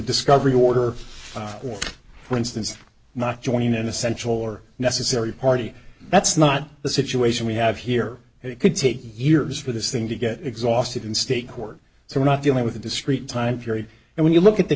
discovery order or for instance not joining an essential or necessary party that's not the situation we have here and it could take years for this thing to get exhausted in state court so we're not dealing with a discrete time period and when you look at the